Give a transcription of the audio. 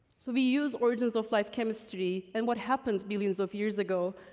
so we use origins of life chemistry, and what happened billions of years ago,